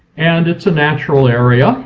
and it's a natural area,